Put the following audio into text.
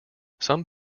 some